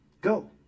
Go